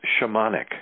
shamanic